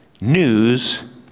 News